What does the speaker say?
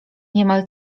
niemal